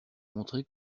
montré